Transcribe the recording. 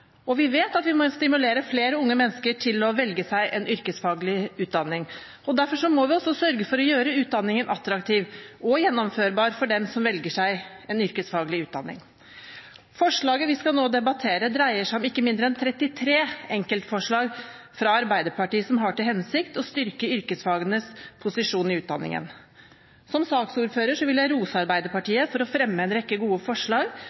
og varehandel. Og vi vet at vi må stimulere flere unge mennesker til å velge seg en yrkesfaglig utdanning. Derfor må vi også sørge for å gjøre utdanningen attraktiv og gjennomførbar for dem som velger seg en yrkesfaglig utdanning. Representantforslaget vi nå skal debattere, dreier seg om ikke mindre enn 33 enkeltforslag fra Arbeiderpartiet som har til hensikt å styrke yrkesfagenes posisjon i utdanningen. Som saksordfører vil jeg rose Arbeiderpartiet for å fremme en rekke gode forslag,